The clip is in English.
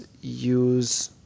use